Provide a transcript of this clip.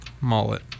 mullet